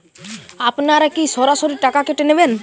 আপনারা কি সরাসরি টাকা কেটে নেবেন?